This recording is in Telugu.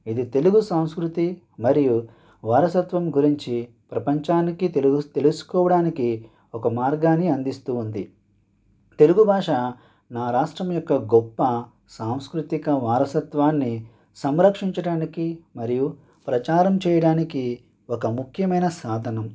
ఇది తెలుగు సంస్కృతి మరియు వారసత్వం గురించి ప్రపంచానికి తెలుగు తెలుసుకోవడానికి ఒక మార్గాన్ని అందిస్తు ఉంది తెలుగు భాష నా రాష్ట్రం యొక్క గొప్ప సాంస్కృతిక వారసత్వాన్ని సంరక్షించడానికి మరియు ప్రచారం చేయడానికి ఒక ముఖ్యమైన సాధనం